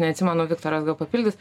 neatsimenu viktoras papildys